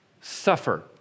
suffer